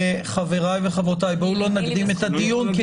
חבריי וחברותיי, בואו לא נקדים את הדיון.